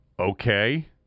Okay